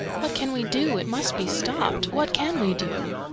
what can we do? it must be stopped. what can we do?